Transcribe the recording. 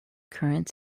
current